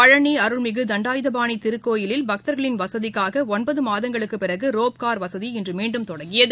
பழனி அருள்மிகு தண்டாயுதபாணி திருக்கோவிலில் பக்தர்களின் வசதிக்காக ஒன்பது மாதங்களுக்குப் பிறகு ரோப்கார் வசதி இன்று மீண்டும் தொடங்கியது